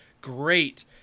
great